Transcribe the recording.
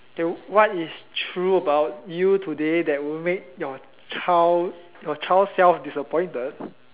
k what is true about you today that will make your child your child self disappointed